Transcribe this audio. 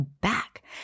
back